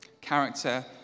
Character